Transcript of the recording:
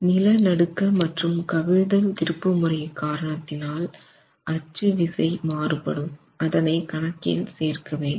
நிலநடுக்க மற்றும் கவிழ்தல்திருப்புமை காரணத்தால் அச்சு விசை மாறுபடும் அதனை கணக்கில் சேர்க்க வேண்டும்